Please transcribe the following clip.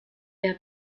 der